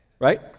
right